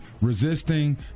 resisting